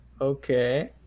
okay